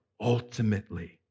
ultimately